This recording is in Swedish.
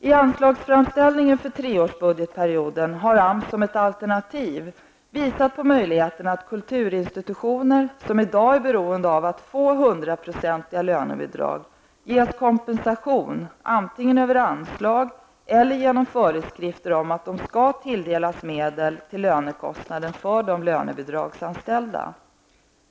I anslagsframställningen för treårsbudgetperioden har AMS som ett alternativ visat på möjligheten att kulturinstitutioner, som i dag är beroende av att få 100-procentiga lönebidrag, ges kompensation antingen över anslag eller genom föreskrifter om att de skall tilldelas medel till lönekostnaden för de lönebidragsanställda.